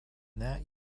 that